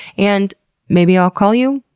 and maybe i'll call you.